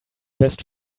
best